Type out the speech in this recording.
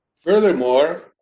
Furthermore